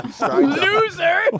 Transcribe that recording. Loser